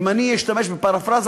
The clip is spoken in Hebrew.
אם אני אשתמש בפרפראזה